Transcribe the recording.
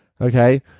okay